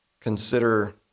Consider